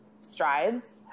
strides